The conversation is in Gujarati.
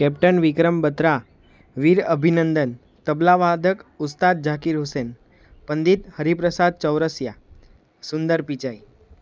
કેપ્ટન વિક્રમ બત્રા વીર અભિનંદન તબલાવાદક ઉસ્તાદ જાકીર હુસૈન પંડિત હરિપ્રસાદ ચૌરસિયા સુંદર પીચાઈ